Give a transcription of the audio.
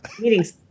meetings